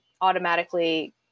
automatically